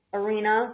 arena